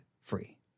free